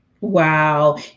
Wow